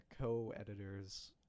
co-editors